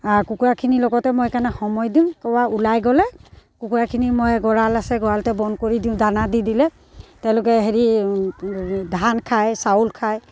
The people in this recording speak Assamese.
কুকুৰাখিনিৰ লগতে মই সেইকাৰণে সময় দিওঁ ক'ৰবাত ওলাই গ'লে কুকুৰাখিনি মই গঁৰাল আছে গঁৰালতে বন্ধ কৰি দিওঁ দানা দি দিলে তেওঁলোকে হেৰি ধান খায় চাউল খায়